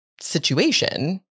situation